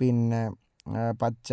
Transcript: പിന്നെ പച്ച